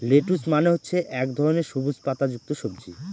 lettuce মানে হচ্ছে এক ধরনের সবুজ পাতা যুক্ত সবজি